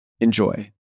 Enjoy